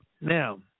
Now